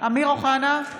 אמיר אוחנה,